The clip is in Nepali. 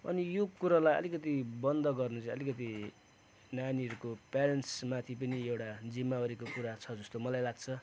अनि यो कुरालाई अलिकति बन्द गर्न चाहिँ अलिकति नानीहरूको प्यारेन्ट्समाथि पनि एउटा जिम्मावारीको कुरा छ जस्तो मलाई लाग्छ